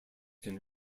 can